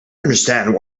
understand